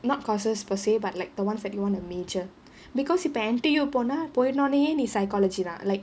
not courses per se but like the ones that you want to major because if N_T_U போன போனவுடனே நீ:pona ponnavudanae nee psychology தான்:dhaan like